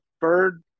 bird